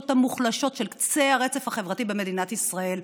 המוחלשות של קצה הרצף החברתי במדינת ישראל.